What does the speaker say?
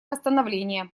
восстановление